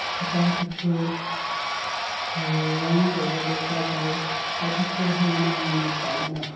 ꯑꯆꯥ ꯑꯊꯛꯁꯨ ꯊꯧꯔꯥꯡ ꯇꯧꯕ ꯗꯔꯀꯥꯔ ꯇꯥꯏ ꯑꯆꯥ ꯑꯊꯛꯁꯨ ꯍꯥꯎꯅ ꯍꯥꯎꯅ ꯆꯥꯎꯅ